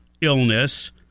illness